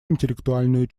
интеллектуальную